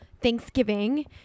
Thanksgiving